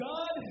God